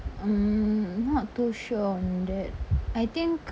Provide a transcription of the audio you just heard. I'm not too sure on that I think